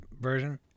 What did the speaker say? version